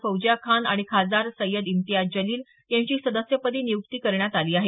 फौजिया खान आणि खासदार सय्यद इम्तियाज जलील यांची सदस्यपदी नियुक्ती करण्यात आली आहे